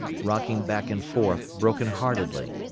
rocking back and forth broken-heartedly.